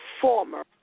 former